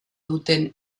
duten